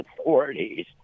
authorities